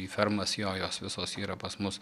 į fermas jo jos visos yra pas mus